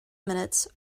minutes